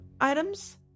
items